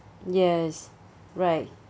yes right